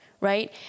right